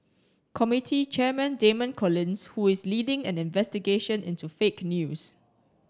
committee chairman Damian Collins who is leading an investigation into fake news